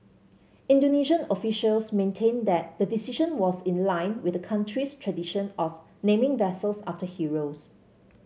Indonesian officials maintained that the decision was in line with the country's tradition of naming vessels after heroes